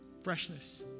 freshness